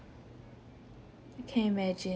I can imagine